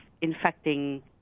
infecting